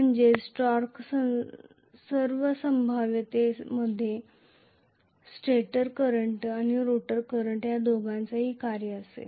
म्हणजेच टॉर्क सर्व संभाव्यतेमध्ये स्टेटर करंट आणि रोटर करंट या दोहोंचे कार्य असेल